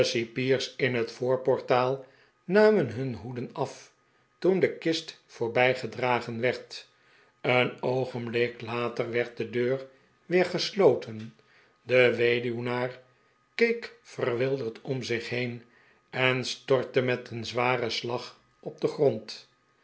de cipiers in het voorportaal namen hun hoeden af toen de kist voorbijgedragen werd een oogenblik later werd de deur weer gesloten de weduwnaar keek verwilderd om zich heen en stortte met een zwaren slag op den grond